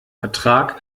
vertrag